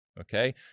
okay